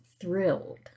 thrilled